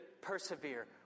persevere